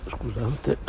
Scusate